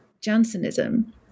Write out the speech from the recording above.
Jansenism